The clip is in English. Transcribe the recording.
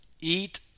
eat